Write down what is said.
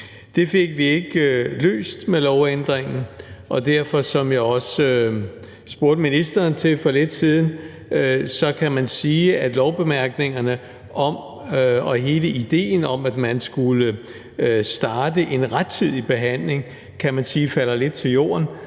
Det fik vi ikke løst med lovændringen. Og som jeg også spurgte ministeren om for lidt siden, kan man sige, at lovbemærkningerne og hele idéen om, at man skulle starte en rettidig behandling, falder lidt til jorden.